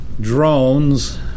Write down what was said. drones